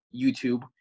YouTube